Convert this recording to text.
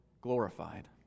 glorified